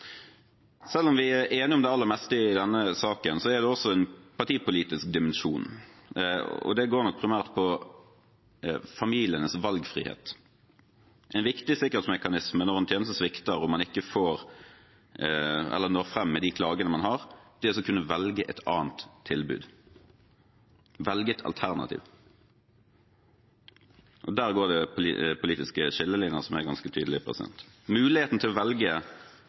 Selv om vi er enige om det aller meste i denne saken, er det også en partipolitisk dimensjon, og det går nok primært på familienes valgfrihet. En viktig sikkerhetsmekanisme når en tjeneste svikter og man ikke når fram med de klagene man har, er å kunne velge et annet tilbud, velge et alternativ. Der går det en politisk skillelinje som er ganske tydelig. Muligheten til å velge